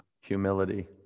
humility